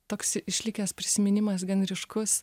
toks išlikęs prisiminimas gan ryškus